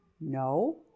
No